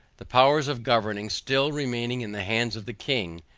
the powers of governing still remaining in the hands of the king,